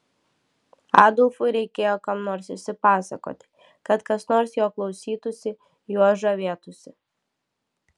adolfui reikėjo kam nors išsipasakoti kad kas nors jo klausytųsi juo žavėtųsi